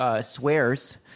Swears